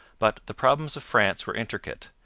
but the problems of france were intricate,